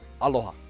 Aloha